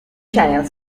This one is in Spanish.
channel